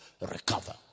recover